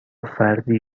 فردی